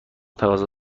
تقاضا